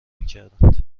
میکردند